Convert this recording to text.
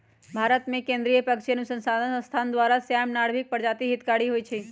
भारतमें केंद्रीय पक्षी अनुसंसधान संस्थान द्वारा, श्याम, नर्भिक प्रजाति हितकारी होइ छइ